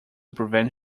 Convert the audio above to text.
prevent